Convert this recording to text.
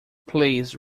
please